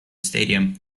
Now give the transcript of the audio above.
stadium